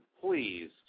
please